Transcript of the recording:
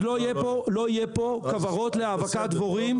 אז לא יהיה פה כוורות להאבקת דבורים.